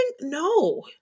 No